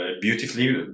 beautifully